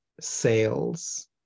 sales